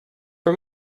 for